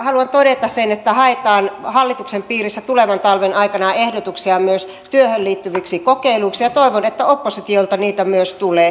haluan todeta sen että haetaan hallituksen piirissä tulevan talven aikana ehdotuksia myös työhön liittyviksi kokeiluiksi ja toivon että myös oppositiolta niitä tulee